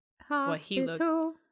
Hospital